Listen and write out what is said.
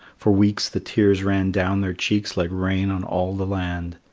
for weeks the tears ran down their cheeks like rain on all the land,